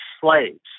slaves